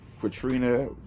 Katrina